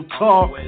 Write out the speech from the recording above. talk